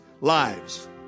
lives